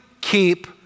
keep